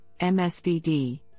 MSVD